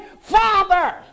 Father